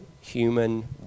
human